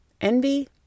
Envy